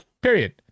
period